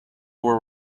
were